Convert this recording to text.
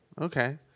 okay